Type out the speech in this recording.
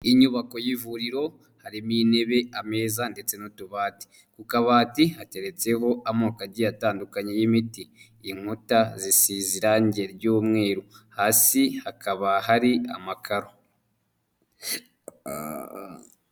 Inyubako y'ivuriro harimo intebe ameza ndetse n'udubati, ku kabati hateretseho amoko agiye atandukanye y'imiti, inkuta zisize irangi ry'umweru hasi hakaba hari amakaro.